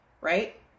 right